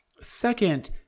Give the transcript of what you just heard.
Second